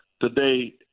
today